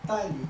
带领